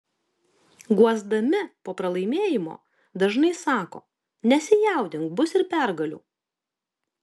guosdami po pralaimėjimo dažnai sako nesijaudink bus ir pergalių